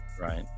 Right